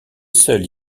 seuls